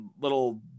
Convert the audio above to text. little